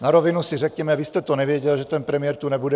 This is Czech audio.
Na rovinu si řekněme, vy jste to nevěděl, že premiér tu nebude.